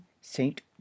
saint